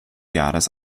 jahres